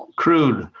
crude,